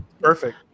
Perfect